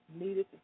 needed